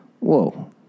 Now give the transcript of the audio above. Whoa